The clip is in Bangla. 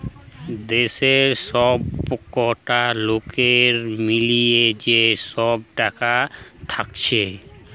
দেশের সবকটা লোকের মিলিয়ে যে সব টাকা থাকছে